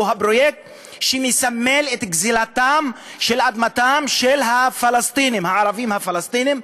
הן הפרויקט שמסמל את גזלת אדמתם של הערבים הפלסטינים,